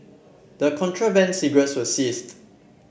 the contraband cigarettes were seized